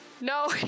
No